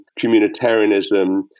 communitarianism